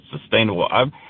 sustainable